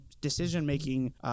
decision-making